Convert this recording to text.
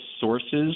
sources